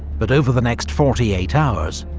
but over the next forty eight hours,